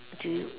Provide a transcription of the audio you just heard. to you